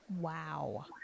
Wow